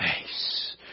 face